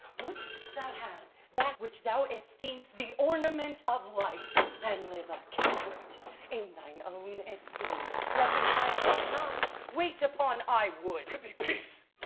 wouldst thou have that which thou esteem'st the ornament of life and live a coward in thine own esteem? letting i dare not wait upon i would? prithee, peace!